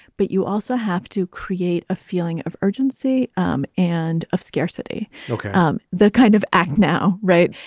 but you also have to create a feeling of urgency um and of scarcity, um the kind of act now. right.